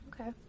Okay